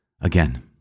Again